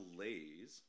lays